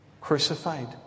crucified